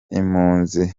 impunzi